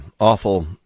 awful